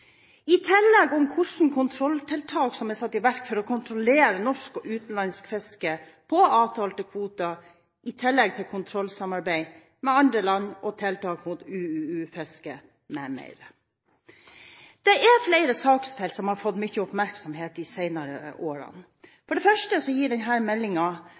I tillegg informerer meldingen om hvilke kontrolltiltak som er satt i verk for å kontrollere norsk og utenlandsk fiske på avtalte kvoter, i tillegg til kontrollsamarbeidet med andre land og tiltak mot ulovlig, urapportert og uregulert fiske m.m. Det er flere saksfelt som har fått mye oppmerksomhet de senere årene. For det første gir